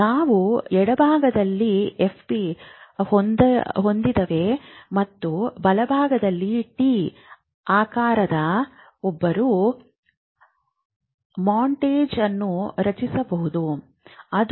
ನಾವು ಎಡಭಾಗದಲ್ಲಿ ಎಫ್ಪಿ ಹೊಂದಿದ್ದೇವೆ ಮತ್ತು ಬಲಭಾಗದಲ್ಲಿ ಟಿ ಆಕಾರದ ಒಬ್ಬರು ಮಾಂಟೇಜ್ ಅನ್ನು ರಚಿಸಬಹುದು